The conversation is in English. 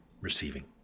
receiving